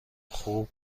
خوب